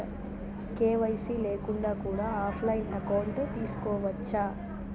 KYC లేకుండా కూడా offline account తీసుకోవచ్చా?